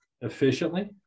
efficiently